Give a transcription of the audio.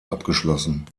abgeschlossen